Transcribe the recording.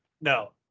no